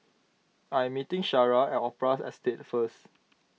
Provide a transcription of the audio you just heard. I am meeting Shara at Opera Estate first